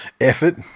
effort